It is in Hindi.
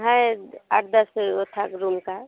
है आठ दस रूम का